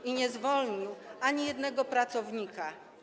I nie zwolnił ani jednego pracownika.